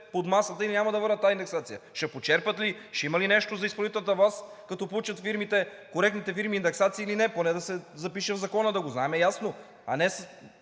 под масата, или няма да върнат тази индексация? Ще почерпят ли, ще има ли нещо за изпълнителната власт, като получат коректните фирми индексация или не? Поне да се запише в Закона, да го знаем ясно, а не